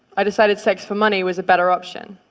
i decided sex for money was a better option.